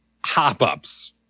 hop-ups